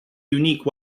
unique